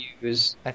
use